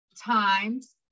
times